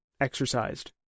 exercised